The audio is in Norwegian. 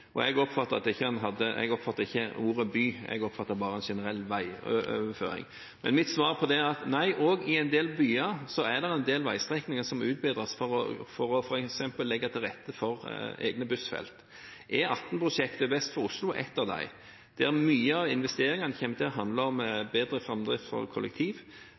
Jeg oppfattet ikke ordet «by», jeg oppfattet bare en generell veioverføring. Men mitt svar på det er at også i en del byer er det en del veistrekninger som må utbedres, f.eks. for å legge til rette for egne bussfelt. E18-prosjektet vest for Oslo er ett eksempel, der mye av investeringene kommer til å handle om bedre framdrift for